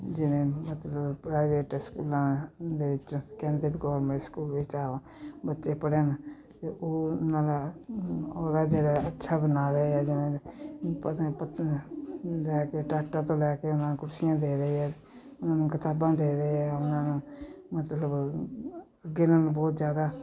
ਜਿਵੇਂ ਮਤਲਬ ਪ੍ਰਾਈਵੇਟ ਸਕੂਲਾਂ ਦੇ ਵਿੱਚ ਕਹਿੰਦੇ ਵੀ ਗੌਰਮੈਂਟ ਸਕੂਲ ਵਿੱਚ ਆ ਬੱਚੇ ਪੜ੍ਹਨ ਅਤੇ ਉਹਨਾਂ ਨਾਲ ਉਹਦਾ ਜਿਹੜਾ ਅੱਛਾ ਬਣਾਵੇ ਤੋਂ ਲੈ ਕੇ ਉਨ੍ਹਾਂ ਕੁਰਸੀਆਂ ਦੇ ਰਹੇ ਹੈ ਉਨ੍ਹਾਂ ਨੂੰ ਕਿਤਾਬਾਂ ਦੇ ਰਹੇ ਹੈ ਉਨ੍ਹਾਂ ਨੂੰ ਮਤਲਬ ਅੱਗੇ ਨਾਲੋਂ ਬਹੁਤ ਜ਼ਿਆਦਾ